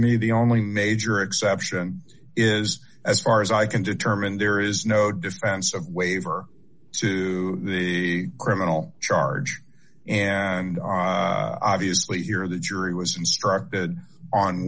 me the only major exception is as far as i can determine there is no defense of waiver to the criminal charge and obviously you're the jury was instructed on